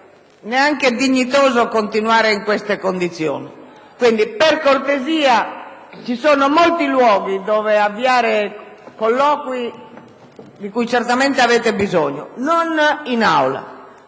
non è neanche dignitoso continuare in queste condizioni. Ci sono molti luoghi dove avviare colloqui, di cui certamente avete bisogno, ma non in Aula.